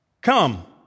come